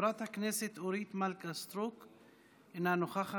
חברת הכנסת אורית מלכה סטרוק, אינה נוכחת.